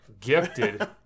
gifted